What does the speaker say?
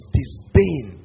disdain